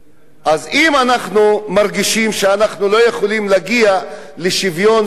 אז אם אנחנו מרגישים שאנחנו לא יכולים להגיע לשוויון זכויות,